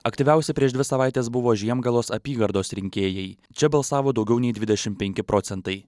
aktyviausi prieš dvi savaites buvo žiemgalos apygardos rinkėjai čia balsavo daugiau nei dvidešim penki procentai